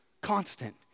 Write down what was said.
constant